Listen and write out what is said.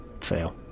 fail